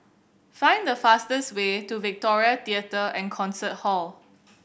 find the fastest way to Victoria Theatre and Concert Hall